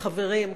חברים,